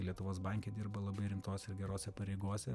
lietuvos banke dirba labai rimtos ir gerose pareigose